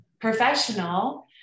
professional